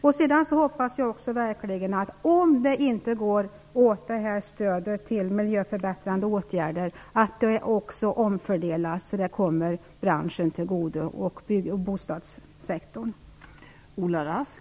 Jag hoppas verkligen också att om stödet till miljöförbättrande åtgärder inte går åt, skall även det omfördelas, så att det kommer branschen och bostadssektorn till godo.